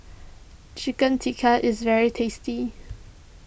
Chicken Tikka is very tasty